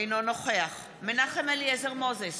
אינו נוכח מנחם אליעזר מוזס,